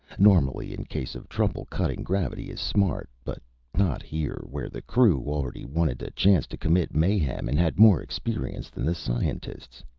normally, in case of trouble, cutting gravity is smart. but not here, where the crew already wanted a chance to commit mayhem, and had more experience than the scientists.